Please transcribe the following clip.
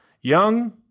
young